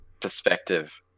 perspective